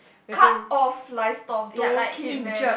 cut off live storm don't keep man